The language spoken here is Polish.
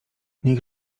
niech